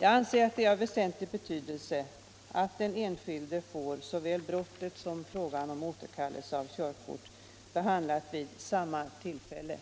Jag anser det vara av väsentlig betydelse att den enskilde får brottet och frågan om återkallelse av körkort behandlade vid samma tillfälle.